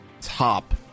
top